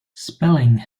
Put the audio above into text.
spelling